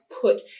put